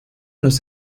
los